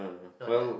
not the